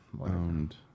owned